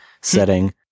setting